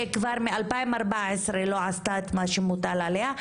שכבר מ-2014 לא עשתה את מה שמוטל עליה,